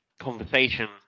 Conversation